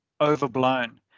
overblown